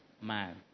man